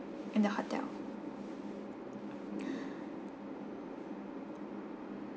in the hotel